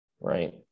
right